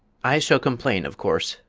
i shall complain, of course,